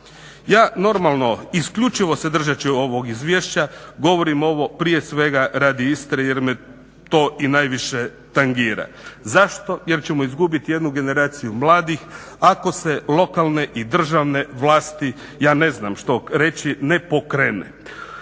Ja normalno isključivo se držeći se ovog Izvješća govorim ovo prije svega radi Istre jer me to i najviše tangira. Zašto? Jer ćemo izgubiti jednu generaciju mladih ako se lokalne i državne vlasti, ja ne znam što reći ne pokrene.